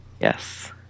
Yes